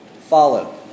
Follow